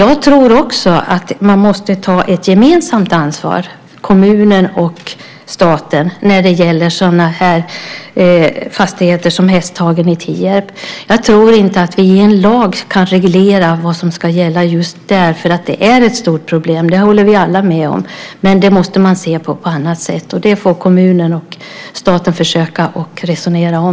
Jag tror också att kommunen och staten måste ta ett gemensamt ansvar när det gäller sådana fastigheter som Hästhagen i Tierp. Jag tror inte att vi i en lag kan reglera vad som ska gälla just där. Det är ett stort problem. Det håller vi alla med om. Men det måste man lösa på annat sätt, och det får kommunen och staten försöka att resonera om.